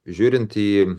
žiūrint į